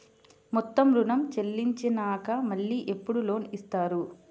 మొత్తం ఋణం చెల్లించినాక మళ్ళీ ఎప్పుడు లోన్ ఇస్తారు?